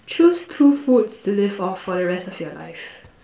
choose two foods to live off for the rest of your life